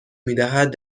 میدهد